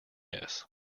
miss